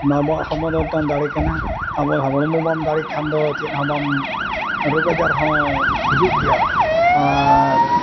ᱱᱚᱣᱟ ᱟᱵᱚᱣᱟᱜ ᱦᱚᱲᱢᱚ ᱫᱚ ᱢᱤᱫᱴᱟᱝ ᱫᱟᱲᱮ ᱠᱟᱱᱟ ᱟᱵᱚᱣᱟᱜ ᱦᱚᱲᱢᱚ ᱵᱟᱢ ᱫᱟᱲᱮ ᱠᱷᱟᱱ ᱫᱚ ᱪᱮᱫ ᱦᱚᱸ ᱵᱟᱢ ᱨᱳᱜᱽᱼᱟᱡᱟᱨ ᱦᱚᱸ ᱦᱤᱡᱩᱜ ᱜᱮᱭᱟ ᱟᱨ